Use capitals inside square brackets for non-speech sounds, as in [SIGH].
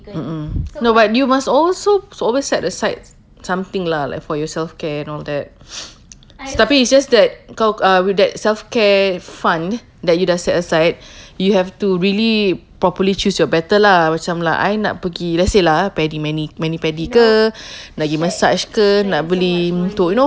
mm mm no but you must also always set aside something lah like for your self-care and all that [NOISE] tapi it's just k~ with self-care fund that you dah set aside you have to really properly choose your battle lah macam like I nak pergi let's say lah pedi mani mani pedi ke lagi massage ke you know